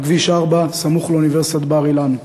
על כביש 4 סמוך לאוניברסיטת בר-אילן.